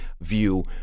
view